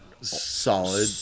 Solid